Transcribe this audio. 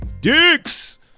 dicks